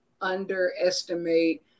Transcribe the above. underestimate